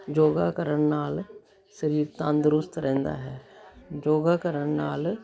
ਯੋਗਾ ਕਰਨ ਨਾਲ ਸਰੀਰ ਤੰਦਰੁਸਤ ਰਹਿੰਦਾ ਹੈ ਯੋਗਾ ਕਰਨ ਨਾਲ